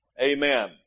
Amen